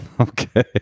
okay